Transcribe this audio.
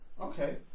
Okay